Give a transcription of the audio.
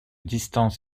distance